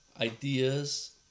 ideas